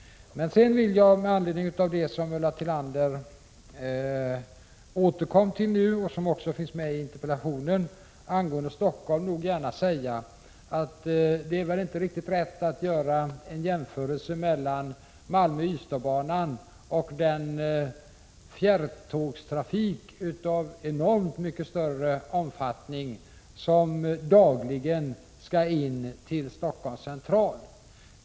Med anledning av det som Ulla Tillander återkom till nu och som också finns med i interpellationen angående Stockholm vill jag gärna säga att det välinte är riktigt rätt att göra en jämförelse mellan Malmö-Ystad-banan och den fjärrtågstrafik av enormt mycket större omfattning som dagligen skall in till Stockholms central.